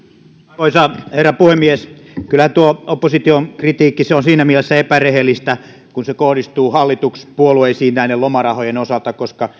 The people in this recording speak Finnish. arvoisa herra puhemies kyllähän tuo opposition kritiikki on siinä mielessä epärehellistä kun se kohdistuu hallituspuolueisiin näiden lomarahojen osalta koska